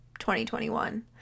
2021